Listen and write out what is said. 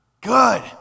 Good